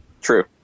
true